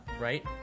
Right